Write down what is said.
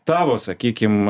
tavo sakykim